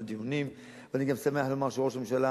ואני שמח לומר שראש הממשלה